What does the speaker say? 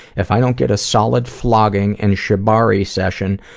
if i don't get a solid flogging and shabari session